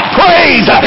praise